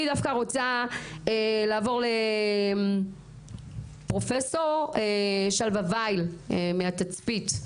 אני רוצה לעבור לפרופ' שלווה וייל מהתצפית,